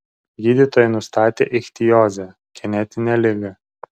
gydytojai nustatė ichtiozę genetinę ligą